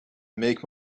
make